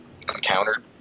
encountered